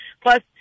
plus